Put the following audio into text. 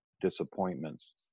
disappointments